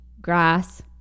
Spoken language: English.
grass